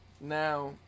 now